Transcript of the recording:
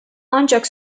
ancak